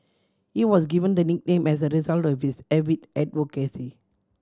he was given the nickname as a result of his avid advocacy